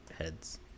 heads